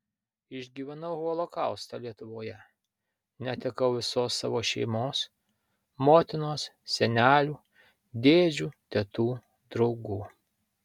išgyvenau holokaustą lietuvoje netekau visos savo šeimos motinos senelių dėdžių tetų draugų